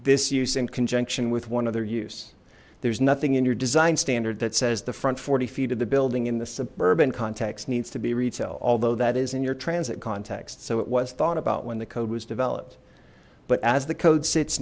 this use in conjunction with one other use there's nothing in your design standard that says the front forty feet of the building in the suburban context needs to be retail although that is in your transit context so it was thought about when the code was developed but as the co